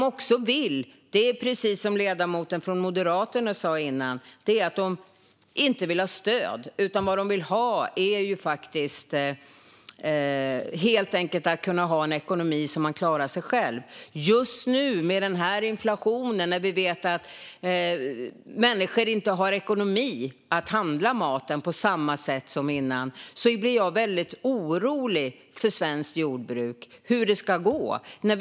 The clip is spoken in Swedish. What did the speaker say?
Precis som den moderata ledamoten tidigare tog upp vill de heller inte ha stöd, utan de vill helt enkelt ha en ekonomi så att de klarar sig själva. På grund av inflationen vet vi att människor inte har ekonomi att handla mat på samma sätt som innan. Jag blir därför väldigt orolig för hur det ska gå för svenskt jordbruk.